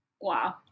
Wow